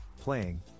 playing